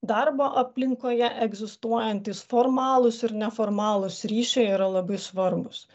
darbo aplinkoje egzistuojantys formalūs ir neformalūs ryšiai yra labai svarbūs